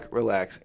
relax